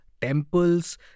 temples